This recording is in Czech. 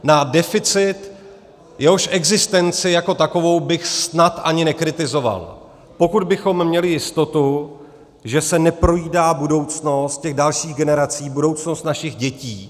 Na deficit, jehož existenci jako takovou bych snad ani nekritizoval, pokud bychom měli jistotu, že se neprojídá budoucnost těch dalších generací, budoucnost našich dětí.